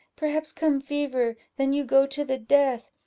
perhaps come fever, then you go to the death,